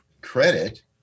credit